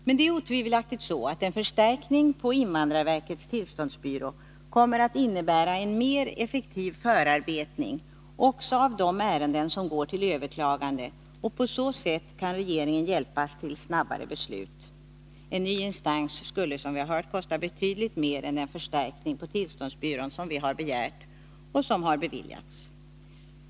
Det är otvivelaktigt så att en förstärkning på invandrarverkets tillståndsbyrå kommer att innebära en mer effektiv förarbetning också av de ärenden som går till överklagande, och på så sätt kan regeringen hjälpas till snabbare beslut. En ny instans skulle, som vi har hört, kosta betydligt mer än den förstärkning av tillståndsbyrån som vi har begärt och som har beviljats.